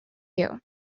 you